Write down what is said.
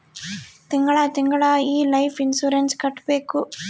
ತಿಂಗಳ ತಿಂಗಳಾ ಈ ಲೈಫ್ ಇನ್ಸೂರೆನ್ಸ್ ಕಟ್ಬೇಕು